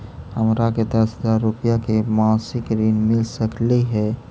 हमरा के दस हजार रुपया के मासिक ऋण मिल सकली हे?